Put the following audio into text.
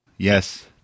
Yes